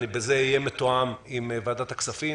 בנושא זה אהיה מתואם גם עם וועדת הכספים.